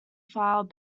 file